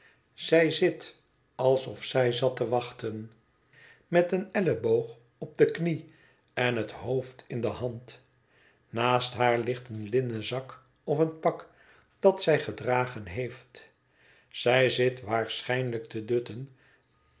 zij zit alsof zij zat te wachten met een elleboog op de knie en het hoofd in de hand naast haar ligt een linnen zak of een pak dat zij gedragen heeft zij zit waarschijnlijk te dutten